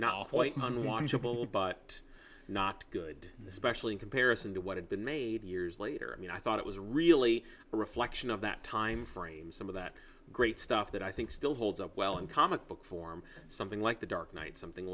watchable but not good especially in comparison to what had been made years later and i thought it was really a reflection of that time frame some of that great stuff that i think still holds up well in comic book form something like the dark knight something